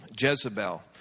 Jezebel